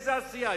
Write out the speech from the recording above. איזו עשייה?